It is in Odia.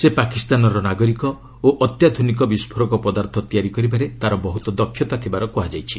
ସେ ପାକିସ୍ତାନର ନାଗରିକ ଓ ଅତ୍ୟାଧୁନିକ ବିସ୍ଫୋରକ ପଦାର୍ଥ ତିଆରି କରିବାରେ ତାର ବହୁତ ଦକ୍ଷତା ଥିବାର କୁହାଯାଇଛି